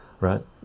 right